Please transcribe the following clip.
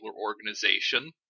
organization